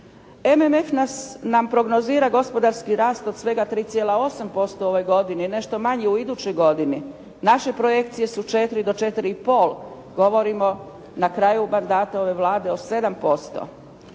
MMF nam prognozira gospodarski rast od svega 3,8% u ovoj godini, nešto manje u idućoj godini. Naše projekcije su 4 do 4,5, govorimo na kraju mandata ove Vlade o 7%.